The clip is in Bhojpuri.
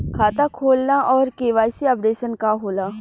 खाता खोलना और के.वाइ.सी अपडेशन का होला?